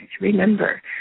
remember